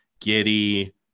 giddy